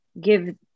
give